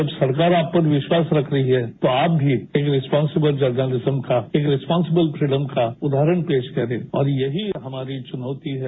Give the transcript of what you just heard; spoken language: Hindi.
जब सरकार आप पर विश्वास रख रही है तो आप भी रिस्पांसिबल जनर्लिज्म का एक रिस्पांसिबल फ्रीडम का उदाहरण पेश करें और यही हमारी चुनौती है